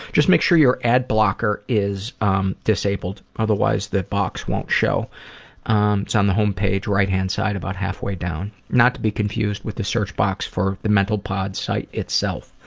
just make sure your adblocker is um disabled. otherwise the box won't show. um it's on the home page, right hand side, about halfway down. not to be confused with the search box for the mentalpod site itself.